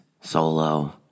solo